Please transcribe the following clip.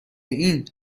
این